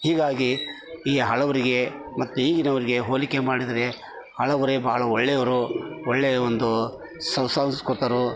ಹೀಗಾಗಿ ಈ ಹಳಬರಿಗೆ ಮತ್ತೆ ಈಗಿನವ್ರಿಗೆ ಹೋಲಿಕೆ ಮಾಡಿದರೆ ಹಳಬರೆ ಬಹಳ ಒಳ್ಳೆಯವರು ಒಳ್ಳೆಯ ಒಂದು ಸುಸಂಸ್ಕೃತರು